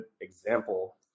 example